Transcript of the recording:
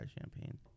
champagne